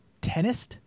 Tennis